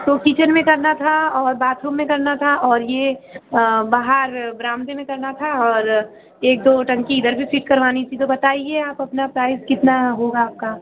तो किचन में करना था और बाथरूम में करना था और यह बाहर बरामदे में करना था और एक दो टंकी इधर भी ठीक करवानी थी तो बताइए आप अपना प्राइस कितना होगा आपका